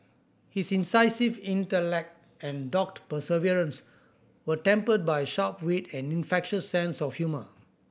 his incisive intellect and dogged perseverance were tempered by sharp wit and infectious sense of humour